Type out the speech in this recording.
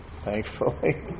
thankfully